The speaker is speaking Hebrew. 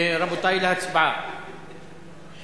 רבותי, להצבעה